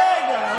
רגע.